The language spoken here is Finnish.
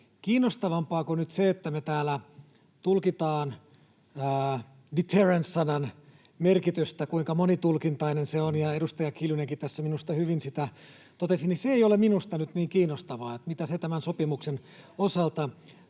totean, että vaikka me täällä tulkitaan deterrence-sanan merkitystä, kuinka monitulkintainen se on — ja edustaja Kiljunenkin tässä minusta hyvin sitä totesi — niin minusta ei ole nyt niin kiinnostavaa, mitä se tämän sopimuksen tai